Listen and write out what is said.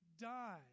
die